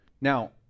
Now